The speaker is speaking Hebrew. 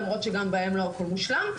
למרות שגם בהם לא הכול מושלם.